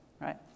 right